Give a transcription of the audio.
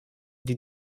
die